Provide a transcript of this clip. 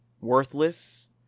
worthless